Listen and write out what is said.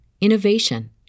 innovation